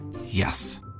Yes